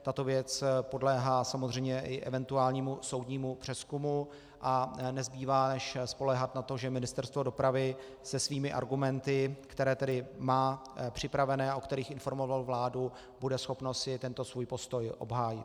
Tato věc podléhá samozřejmě i eventuálnímu soudnímu přezkumu a nezbývá než spoléhat na to, že Ministerstvo dopravy se svými argumenty, které má připravené a o kterých informovalo vládu, bude schopno si tento svůj postoj obhájit.